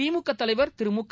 திமுக தலைவர் திரு முக